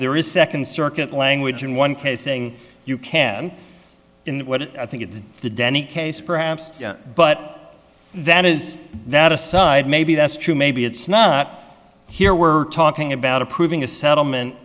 there is a second circuit language in one case saying you can in what i think it's the denny case perhaps but that is not a side maybe that's true maybe it's not here we're talking about approving a settlement